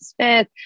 Smith